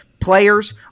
players